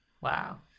Wow